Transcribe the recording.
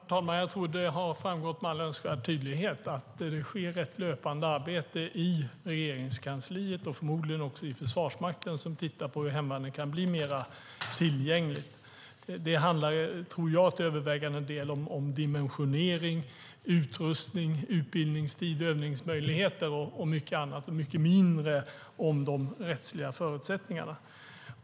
Herr talman! Jag tror att det har framgått med all önskvärd tydlighet att det sker ett löpande arbete i Regeringskansliet, och förmodligen också inom Försvarsmakten, där man tittar på hur hemvärnet kan bli mer tillgängligt. Det tror ju jag till övervägande delen handlar om dimensionering, utrustning, utbildningstid, övningsmöjligheter och mycket annat. Det handlar mycket mindre om de rättsliga förutsättningarna.